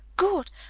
good!